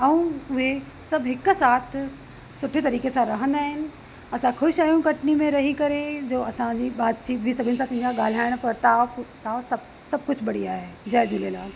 ऐं उहे सभु हिकु साथ सुठे तरीक़े सां रहंदा आहिनि असां ख़ुश आहियूं कटनी में रही करे जो असांजी बातचीत बि सभिनि सां थींदी आहे ॻाल्हाइणु बरताव बरताव सभु कुझु बढ़िया आहे जय झूलेलाल